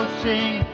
sing